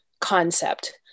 concept